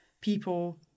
people